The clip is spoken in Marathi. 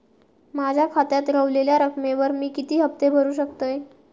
माझ्या खात्यात रव्हलेल्या रकमेवर मी किती हफ्ते भरू शकतय?